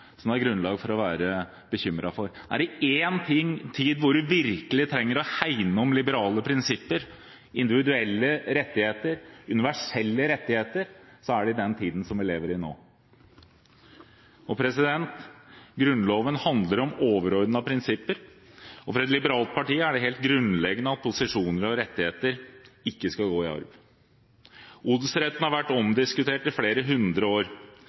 så vel. Hvis vi ser oss om i verden i dag, er det vel snarere det reaksjonære, nasjonalistiske og isolasjonismens frammarsj det er grunn til å være bekymret for. Er det én tid hvor man virkelig trenger å hegne om liberale prinsipper, individuelle rettigheter, universelle rettigheter, er det den tiden vi lever i nå. Grunnloven handler om overordnede prinsipper, og for et liberalt parti er det helt grunnleggende at posisjoner og rettigheter ikke skal gå i arv. Odelsretten har vært